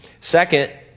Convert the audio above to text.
second